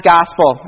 Gospel